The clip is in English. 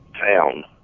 town